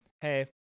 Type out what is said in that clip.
hey